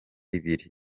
ibiri